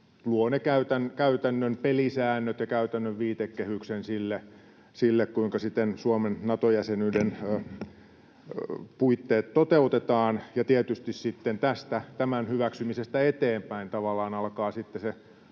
luo ne käytännön pelisäännöt ja käytännön viitekehyksen sille, kuinka Suomen Nato-jäsenyyden puitteet toteutetaan, ja tietysti sitten tämän hyväksymisestä eteenpäin tavallaan alkaa se